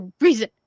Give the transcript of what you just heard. reason